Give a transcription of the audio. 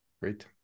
Great